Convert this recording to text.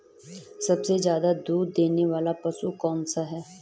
सबसे ज़्यादा दूध देने वाला पशु कौन सा है?